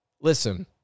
Listen